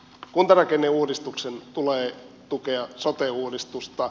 kuntarakenneuudistuksen tulee tukea sote uudistusta